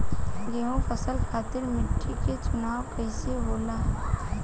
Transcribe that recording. गेंहू फसल खातिर मिट्टी के चुनाव कईसे होला?